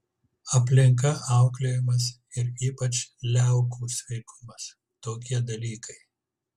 aplinka auklėjimas ir ypač liaukų sveikumas tokie dalykai